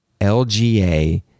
LGA